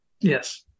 Yes